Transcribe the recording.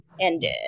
ended